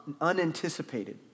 unanticipated